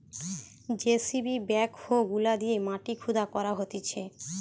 JCB backhoe গুলা দিয়ে মাটি খুদা করা হতিছে